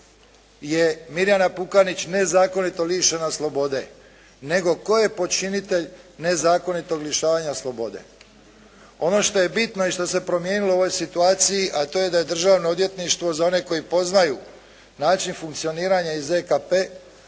je Mirjana Pukanić nezakonito lišena slobode nego tko je počinitelj nezakonitog lišavanja slobode. Ono što je bitno i što se promijenilo u ovoj situaciji a to je da je Državno odvjetništvo za one koji poznaju način funkcioniranja iz ZKP